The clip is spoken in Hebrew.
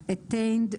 Attained,